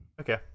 okay